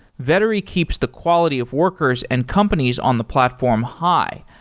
vettery keeps the quality of workers and companies on the platform high,